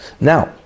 Now